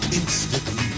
instantly